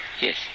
yes